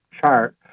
chart